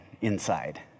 inside